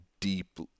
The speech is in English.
deep